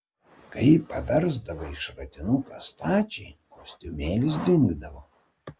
kai paversdavai šratinuką stačiai kostiumėlis dingdavo